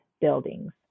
buildings